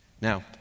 Now